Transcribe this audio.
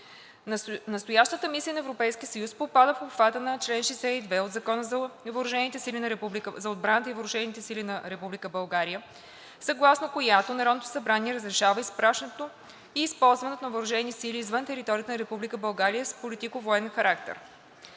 Настоящата мисия на Европейския съюз попада в обхвата на чл. 62 от Закона за отбраната и въоръжените сили на Република България, съгласно която Народното събрание разрешава изпращането и използването на въоръжени сили извън територията на Република България с политико-военен характер.